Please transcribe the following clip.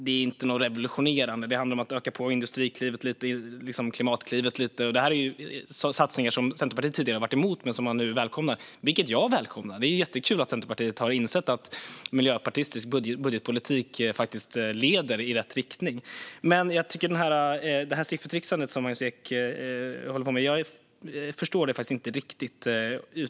Det är ingenting revolutionerande; det handlar om att öka på Industriklivet och Klimatklivet lite. Detta är satsningar som Centerpartiet tidigare har varit emot men som man nu välkomnar, vilket jag välkomnar. Det är jättekul att Centerpartiet har insett att miljöpartistisk budgetpolitik faktiskt leder i rätt riktning. Det här siffertrixandet som Magnus Ek håller på med förstår jag dock inte riktigt.